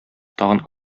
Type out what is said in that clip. тагын